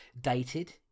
dated